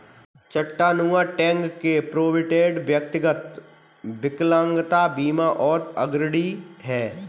Chattanooga, Tenn के Provident, व्यक्तिगत विकलांगता बीमा में अग्रणी हैं